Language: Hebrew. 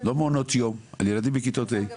לא מעונות יום, על ילדים בכיתות ה',